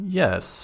yes